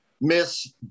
Miss